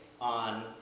on